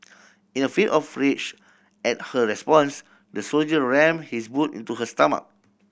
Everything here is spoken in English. in a fit of rage at her response the soldier rammed his boot into her stomach